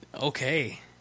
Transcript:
Okay